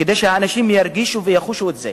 כדי שהאנשים ירגישו ויחושו את זה.